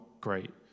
great